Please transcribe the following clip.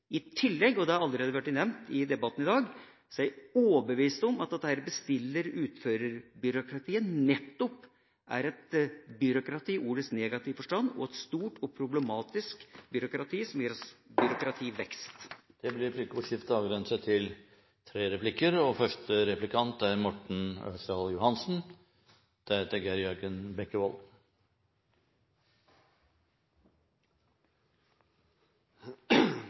I tillegg – dette har allerede vært nevnt i debatten i dag – er jeg overbevist om at dette bestiller–utfører-byråkratiet nettopp er et byråkrati i ordets negative forstand; et stort og problematisk byråkrati, som gir oss byråkrativekst. Det blir replikkordskifte. KS har regnet ut at kommunenes utgifter i gjennomsnitt er